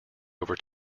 over